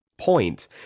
point